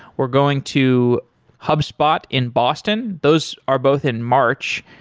we're going to hubspot in boston. those are both in march.